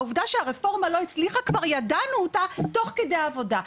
העובדה שהרפורמה לא הצליחה כבר ידענו אותה תוך כדי עבודה.